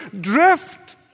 drift